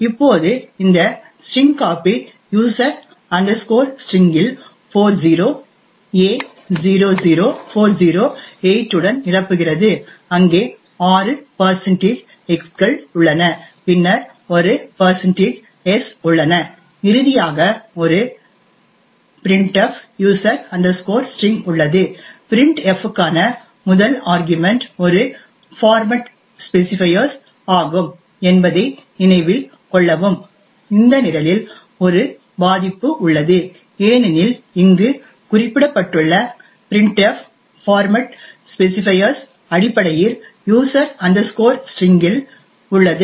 இப்போது இந்த strcpy user string இல் user string 40a00408 உடன் நிரப்புகிறது அங்கே ஆறு x கள் உள்ளன பின்னர் ஒரு s உள்ளன இறுதியாக ஒரு printf user string user string உள்ளது printf க்கான முதல் ஆர்க்யுமன்ட் ஒரு பார்மேட் ஸ்பெசிபையர் ஆகும் என்பதை நினைவில் கொள்ளவும் இந்த நிரலில் ஒரு பாதிப்பு உள்ளது ஏனெனில் இங்கு குறிப்பிடப்பட்டுள்ள printf பார்மேட் ஸ்பெசிபையர் அடிப்படையில் யூசர் ஸ்டிரிங் இல் user string உள்ளது